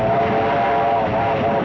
all